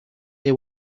they